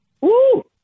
Woo